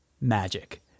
magic